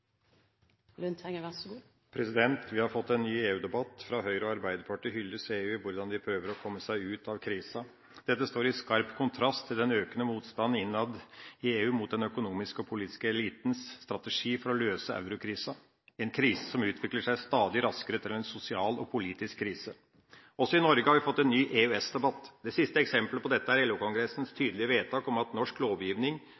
Vi har fått en ny EU-debatt. Fra Høyre og Arbeiderpartiet hylles EU for hvordan de prøver å komme seg ut av krisa. Dette står i skarp kontrast til den økende motstand innad i EU mot den økonomiske og politiske elitens strategi for å løse eurokrisa, en krise som utvikler seg stadig raskere til en sosial og politisk krise. Også i Norge har vi fått en ny EØS-debatt. Det siste eksemplet på dette er